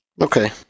Okay